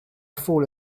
fall